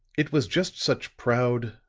it was just such proud,